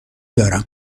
دارم